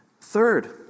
Third